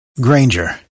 Granger